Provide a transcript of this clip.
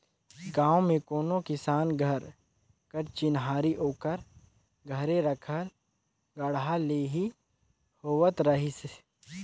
गाँव मे कोनो किसान घर कर चिन्हारी ओकर घरे रखल गाड़ा ले ही होवत रहिस